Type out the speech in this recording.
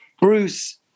Bruce